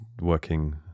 working